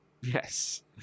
Yes